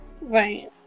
Right